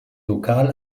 lokal